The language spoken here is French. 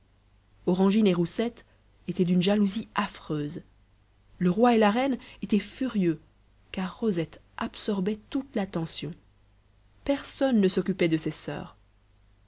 et roussette étaient d'une jalousie affreuse le roi et la reine étaient furieux car rosette absorbait toute l'attention personne ne s'occupait de ses soeurs